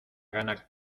gana